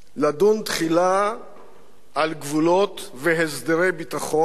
לדון תחילה על גבולות ועל הסדרי ביטחון,